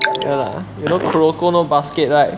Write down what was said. err you know kuroko no basuke right